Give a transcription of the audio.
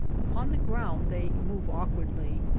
upon the ground they move awkwardly,